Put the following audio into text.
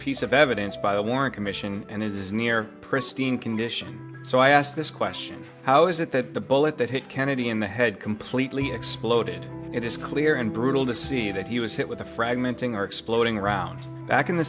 piece of evidence by the warren commission and is near pristine condition so i ask this question how is it that the bullet that hit kennedy in the head completely exploded it is clear and brutal to see that he was hit with a fragmenting are exploding around back in the